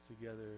together